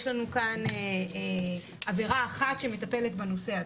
יש לנו כאן עבירה אחת שמטפלת בנושא הזה.